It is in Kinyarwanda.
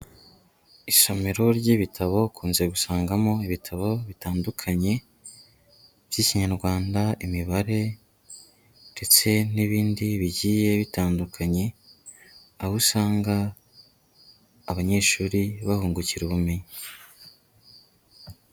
Isomero ry'ibitabo ukunze gusangamo ibitabo bitandukanye by'ikinyarwanda, imibare ndetse n'ibindi bigiye bitandukanye, aho usanga abanyeshuri bahungukira ubumenyi.